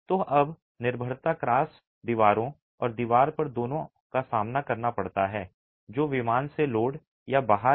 तो अब निर्भरता क्रॉस दीवारों और दीवार पर दोनों का सामना करना पड़ता है जो विमान से लोड या बाहर है